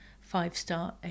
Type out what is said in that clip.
five-star